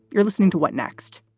you're listening to what next?